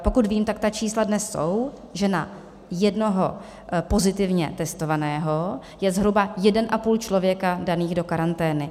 Pokud vím, tak ta čísla dnes jsou taková, že na jednoho pozitivně testovaného je zhruba jeden a půl člověka daného do karantény.